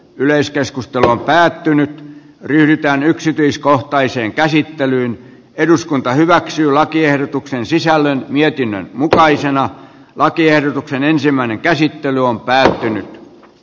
yleiskeskustelu on päättynyt ryhdytään yksityiskohtaiseen käsittelyyn eduskunta hyväksyy lakiehdotuksen sisällön mietinnön mukaisena lakiehdotuksen ensimmäinen käsittely on päättynyt